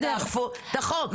תאכפו אצת החוק.